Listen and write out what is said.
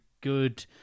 good